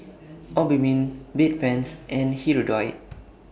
Obimin Bedpans and Hirudoid